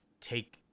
take